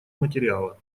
материала